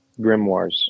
Grimoires